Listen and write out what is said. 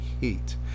heat